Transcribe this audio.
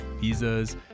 visas